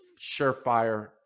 surefire